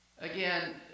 again